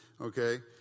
okay